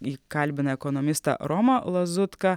ji kalbina ekonomistą romą lazutką